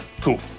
cool